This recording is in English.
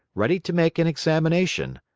ready to make an examination.